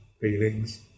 feelings